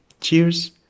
Cheers